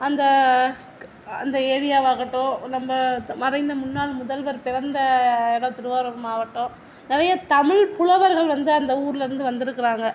அந்த அந்த ஏரியாவாகட்டும் நம்ப மறைந்த முன்னாள் முதல்வர் பிறந்த இடம் திருவாரூர் மாவட்டம் நிறைய தமிழ் புலவர்கள் வந்து அந்த ஊர்லேருந்து வந்திருக்காங்க